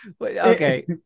okay